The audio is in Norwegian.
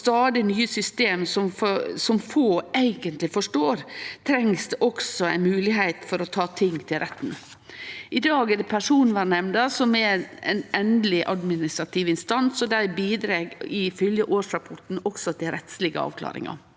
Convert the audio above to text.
og stadig nye system som få eigentleg forstår, trengst også ei moglegheit for å ta ting til retten. I dag er det Personvernnemnda som er ein endeleg administrativ instans, og dei bidreg i fylgje årsrapporten også til rettslege avklaringar.